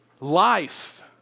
life